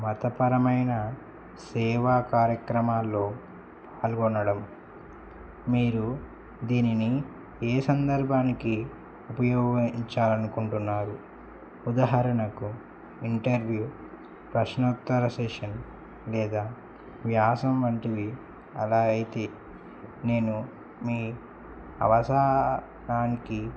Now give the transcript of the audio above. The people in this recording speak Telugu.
మతపరమైన సేవా కార్యక్రమాల్లో పాల్గొనడం మీరు దీనిని ఏ సందర్భానికి ఉపయోగించాలనుకుంటున్నారు ఉదాహరణకు ఇంటర్వ్యూ ప్రశ్నోత్తర సెషన్ లేదా వ్యాసం వంటివి అలా అయితే నేను మీ అవసరానికి